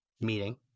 meeting